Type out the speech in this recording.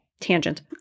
Tangent